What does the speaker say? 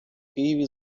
києві